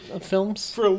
films